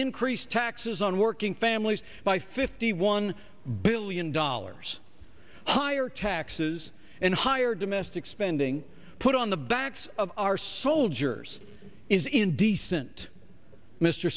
increase taxes on working families by fifty one billion dollars higher taxes and higher domestic spending put on the backs of our soldiers is indecent mr